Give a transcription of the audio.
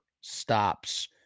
stops